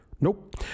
Nope